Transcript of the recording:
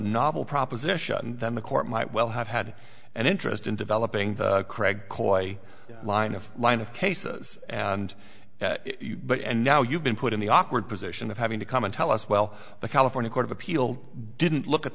novel proposition then the court might well have had an interest in developing the kreg koyo line of line of cases and but and now you've been put in the awkward position of having to come and tell us well the california court of appeal didn't look at